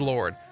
Lord